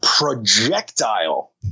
projectile